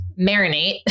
marinate